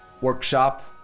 workshop